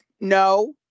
No